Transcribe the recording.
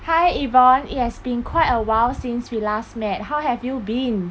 hi yvonne it has been quite a while since we last met how have you been